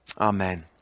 Amen